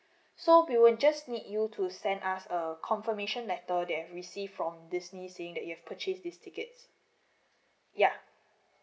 so we will just need you to send us a confirmation letter that you've received from disney saying that you've purchased these tickets ya